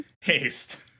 haste